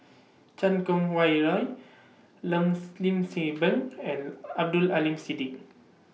Chan Kum Wah Roy Length Lim seven and Abdul Aleem Siddique